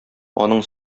аның